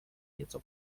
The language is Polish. nieco